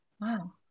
Wow